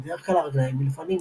ובדרך כלל הרגליים מלפנים.